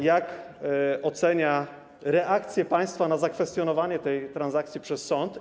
Jak ocenia reakcję państwa na zakwestionowanie tej transakcji przez sąd?